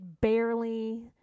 barely